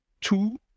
two